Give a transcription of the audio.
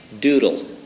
doodle